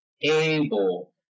able